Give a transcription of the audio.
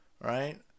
Right